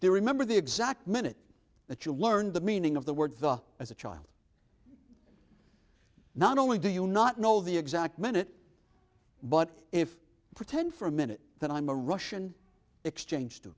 they remember the exact minute that you learned the meaning of the words the as a child not only do you not know the exact minute but if pretend for a minute that i'm a russian exchange